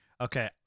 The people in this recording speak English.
Okay